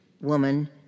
woman